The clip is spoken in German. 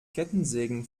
kettensägen